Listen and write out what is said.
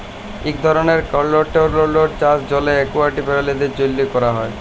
ইক ধরলের কলটোরোলড চাষ জলের একুয়াটিক পেরালিদের জ্যনহে ক্যরা হ্যয়